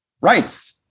rights